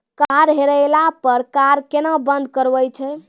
Card हेरैला पर card केना बंद करबै छै?